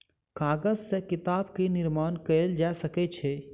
कागज से किताब के निर्माण कयल जा सकै छै